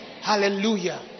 Hallelujah